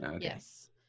Yes